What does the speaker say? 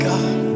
God